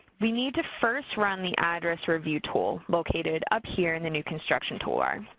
we need to first run the address review tool located up here in the new construction toolbar.